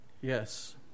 Yes